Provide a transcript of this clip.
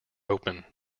open